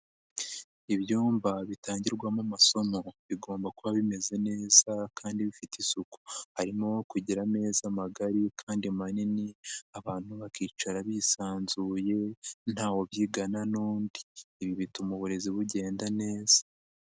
Ibyumba bitangirwamo amasomo bigomba kuba bimeze neza kandi bifite isuku, harimo kugira ameza magari kandi manini, abantu bakicara bisanzuye ntawe jbyigana n'undi, ibi bituma uburezi bugenda neza.